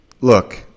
look